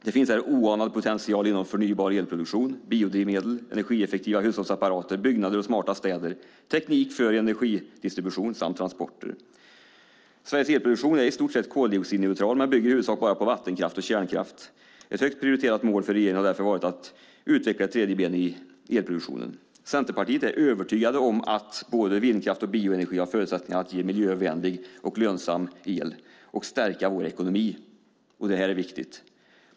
Det finns oanad potential inom förnybar elproduktion, biodrivmedel, energieffektiva hushållsapparater, byggnader och smarta städer, teknik för energidistribution samt transporter. Sveriges elproduktion är i stort sett koldioxidneutral men bygger i huvudsak bara på vattenkraft och kärnkraft. Ett högt prioriterat mål för regeringen har därför varit att utveckla ett tredje ben i elproduktionen. Centerpartiet är övertygat om att både vindkraft och bioenergi har förutsättningar att ge miljövänlig och lönsam el - och stärka vår ekonomi. Det är viktigt.